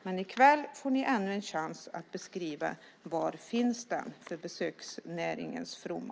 Men i kväll får ni ännu en chans att beskriva var den finns, för besöksnäringens fromma.